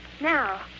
Now